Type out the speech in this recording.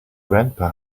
grandpa